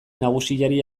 nagusiari